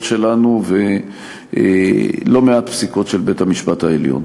שלנו ולא מעט פסיקות של בית-המשפט העליון.